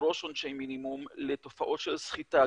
לדרוש עונשי מינימום לתופעות של סחיטה,